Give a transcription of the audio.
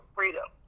Freedom